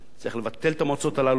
צריך לבטל את המועצות הללו,